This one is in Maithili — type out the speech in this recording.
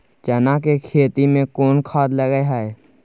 चना के खेती में कोन खाद लगे हैं?